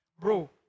Bro